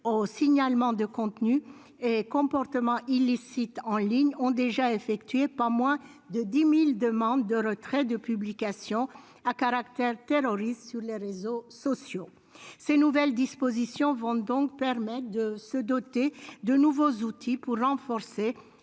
signalement de contenus et comportements illicites en ligne ont formulé pas moins de 10 000 demandes de retrait de publications à caractère terroriste sur les réseaux sociaux. Ces nouvelles dispositions vont permettre de se doter d'outils différents,